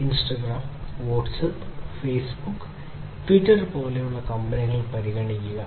Instagram WhatsApp Facebook Twitter പോലുള്ള കമ്പനികൾ പരിഗണിക്കുക